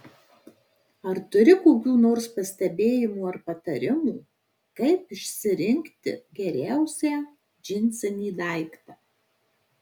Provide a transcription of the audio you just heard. ar turi kokių nors pastebėjimų ar patarimų kaip išsirinkti geriausią džinsinį daiktą